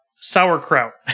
sauerkraut